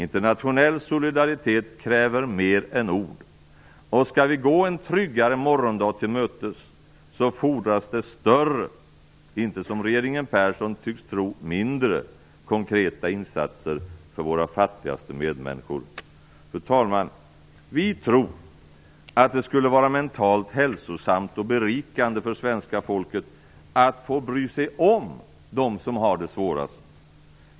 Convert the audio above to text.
Internationell solidaritet kräver mer än ord, och skall vi gå en tryggare morgondag till mötes fordras det större och inte mindre - som regeringen Persson tycks tro - konkreta insatser för våra fattigaste medmänniskor. Fru talman! Vi tror att det skulle vara mentalt hälsosamt och berikande för svenska folket att få bry sig om dem som har det svårast.